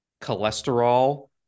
cholesterol